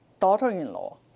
daughter-in-law